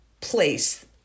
place